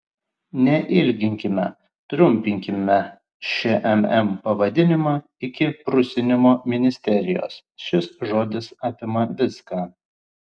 neilginkime trumpinkime šmm pavadinimą iki prusinimo ministerijos šis žodis apima viską